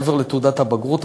מעבר לתעודת הבגרות,